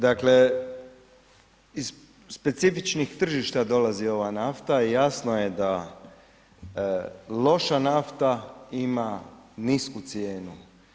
Dakle, iz specifičnih tržišta dolazi ova nafta i jasno je da loša nafta ima nisku cijenu.